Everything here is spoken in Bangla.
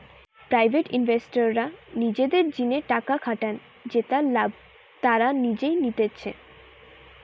প্রাইভেট ইনভেস্টররা নিজেদের জিনে টাকা খাটান জেতার লাভ তারা নিজেই নিতেছে